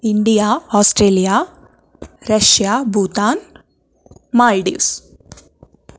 India Australia Russia Bhutan Maldives